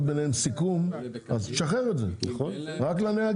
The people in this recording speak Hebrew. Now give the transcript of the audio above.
ביניהם סיכום אז תשחרר את זה רק לנהגים,